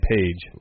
Page